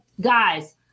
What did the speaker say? guys